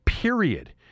period